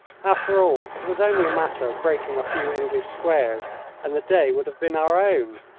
after all, it was only a matter of breaking a few english squares and the day would have been our own.